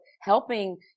helping